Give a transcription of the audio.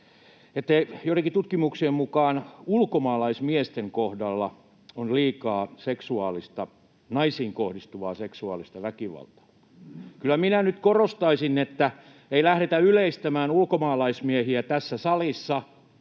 joidenkin tutkimuksien mukaan ulkomaalaismiesten kohdalla on liikaa naisiin kohdistuvaa seksuaalista väkivaltaa. Kyllä minä nyt korostaisin, että ei lähdetä yleistämään ulkomaalaismiehiä tässä salissa